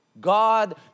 God